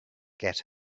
get